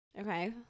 Okay